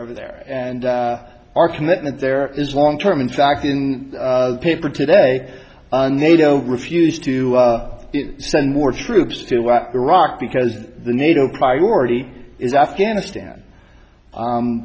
over there and our commitment there is one term in fact in paper today nato refused to send more troops to iraq because the nato priority is afghanistan